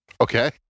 Okay